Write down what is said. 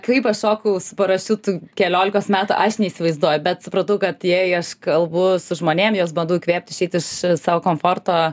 kaip aš šokau parašiutu keliolikos metų aš neįsivaizduoju bet supratau kad jei aš kalbu žmonėm juos bandau įkvėpt išeit iš savo komforto